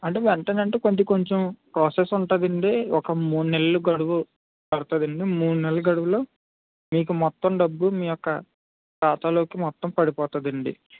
అంటే వెంటనే అంటే కొంచెం కొంచెం ప్రోసెస్ ఉంటుంది అండి ఒక మూడు నెలలు గడువు పడుతుంది అండి మూడు నెలలు గడువులో మొత్తం డబ్బు మీ యొక్క ఖాతాలోకి మొత్తం పడిపోతుంది అండి